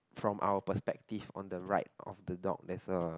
from our perspective on the right of the dog there's a